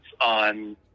on